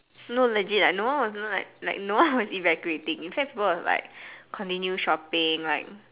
no legit like no one is going to like no one was evacuating in fact people were like continuing shopping like